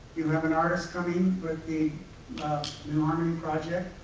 you have an artist coming with the new harmony project.